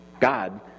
God